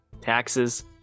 Taxes